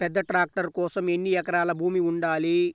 పెద్ద ట్రాక్టర్ కోసం ఎన్ని ఎకరాల భూమి ఉండాలి?